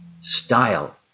style